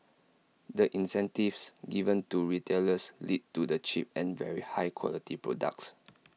the incentives given to retailers lead to the cheap and very high quality products